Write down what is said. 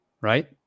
Right